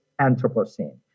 Anthropocene